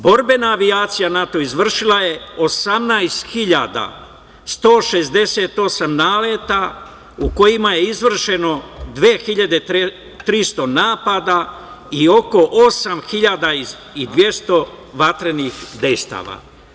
Borbena avijacija NATO izvršila je 18.168 naleta u kojima je izvršeno 2.300 napada i oko 8.200 vatrenih dejstava.